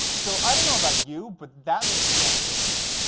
so i don't know about you, but that makes me want to kill somebody.